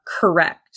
correct